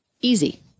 easy